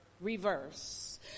Reverse